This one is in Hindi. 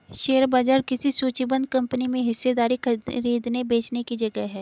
शेयर बाजार किसी सूचीबद्ध कंपनी में हिस्सेदारी खरीदने बेचने की जगह है